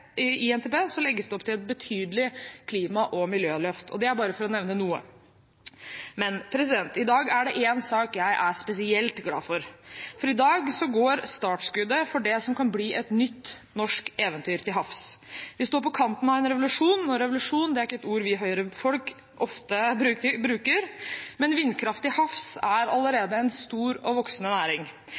legges det opp til et betydelig klima- og miljøløft – dette bare for å nevne noe. I dag er det én sak jeg er spesielt glad for, for i dag går startskuddet for det som kan bli et nytt norsk eventyr til havs. Vi står på kanten av en revolusjon, og «revolusjon» er ikke et ord vi Høyre-folk ofte bruker. Men vindkraft til havs er allerede en stor og voksende næring.